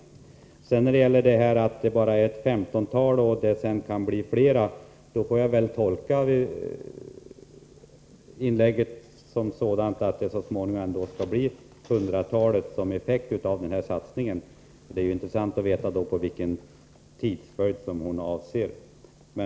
Påståendet att detta utvecklingscentrum bara kan anställa ett femtontal personer, men att de kan bli fler, får jag tolka som att det så småningom, som effekt av denna satsning, kan bli ett hundratal anställda. Det vore intressant att veta vilken tidsperiod Wivi-Anne Cederqvist avser.